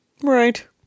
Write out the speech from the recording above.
Right